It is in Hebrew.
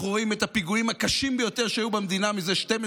אנחנו רואים את הפיגועים הקשים ביותר שהיו במדינה מזה 12 שנה.